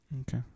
Okay